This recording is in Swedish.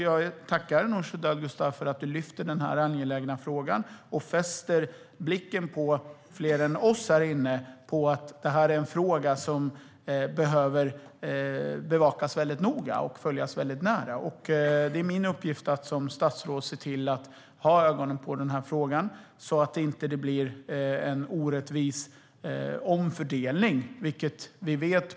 Jag tackar Nooshi Dadgostar för att hon lyfter upp denna angelägna fråga och fäster fler än bara våra blickar här inne på att detta är en fråga som behöver bevakas noga och följas nära. Det är min uppgift som statsråd att hålla ögonen på denna fråga så att det inte blir en orättvis omfördelning.